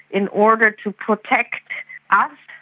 in order to protect us,